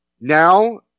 now